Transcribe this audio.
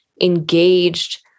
engaged